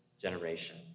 generation